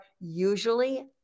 usually